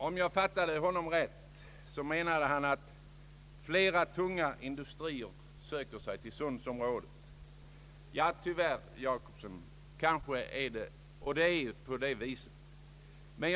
Om jag fattade honom rätt, menade han att flera tunga industrier söker sig till Öresundsområdet. Ja tyvärr, herr Jacobsson, är det kanske så.